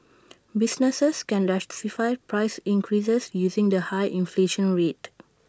businesses can justify price increases using the high inflation rate